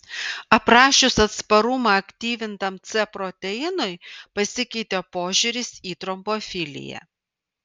aprašius atsparumą aktyvintam c proteinui pasikeitė požiūris į trombofiliją